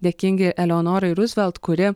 dėkingi eleonorai ruzvelt kuri